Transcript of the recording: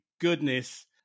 goodness